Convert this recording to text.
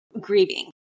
grieving